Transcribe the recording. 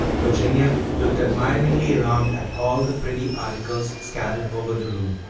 virginia looked admiringly around at all the pretty articles scattered over the room.